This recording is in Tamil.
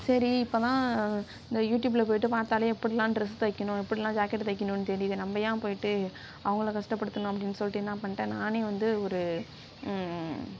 சரி இப்போதான் இந்த யூடியூப்ல போய்ட்டு பார்த்தாலே எப்படிலாம் டிரஸ் தைக்கணும் எப்படிலாம் ஜாக்கெட் தைக்கணும்னு தெரியுது நம்ம ஏன் போய்ட்டு அவங்கள கஷ்டப்படுத்தணும் அப்படினு சொல்லிட்டு என்ன பண்ணிட்டேன் நானே வந்து ஒரு